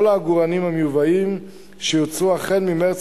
כל העגורנים המיובאים שיוצרו החל ממרס